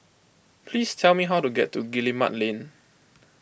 please tell me how to get to Guillemard Lane